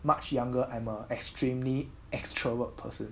much younger I'm a extremely extrovert person